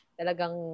talagang